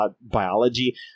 biology